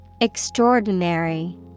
Extraordinary